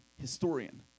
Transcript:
historian